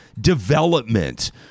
development